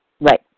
Right